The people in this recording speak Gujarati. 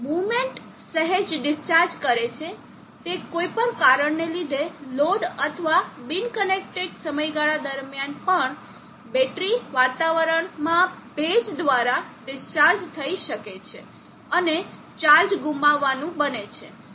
મુવમેન્ટ સહેજ ડિસ્ચાર્જ કરે છે તે કોઈપણ કારણને લીધે લોડ અથવા બિન કનેક્ટેડ સમયગાળા દરમિયાન પણ બેટરી વાતાવરણમાં ભેજ દ્વારા ડિસ્ચાર્જ થઇ શકે છે અને ચાર્જ ગુમાવવાનું બને છે